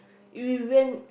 w~ we rent